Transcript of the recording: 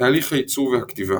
תהליך הייצור והכתיבה